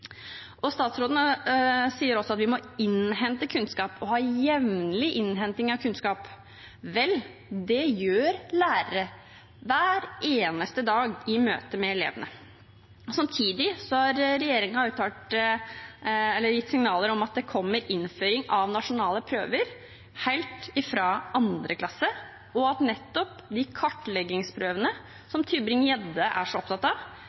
Statsråden sier også at vi må innhente kunnskap og ha jevnlig innhenting av kunnskap. Vel, det gjør lærere – hver eneste dag i møte med elevene. Samtidig har regjeringen gitt signaler om at det kommer innføring av nasjonale prøver allerede fra 2. klasse, og at nettopp de kartleggingsprøvene som Tybring-Gjedde er så opptatt av,